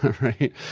right